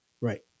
Right